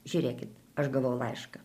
žiūrėkit aš gavau laišką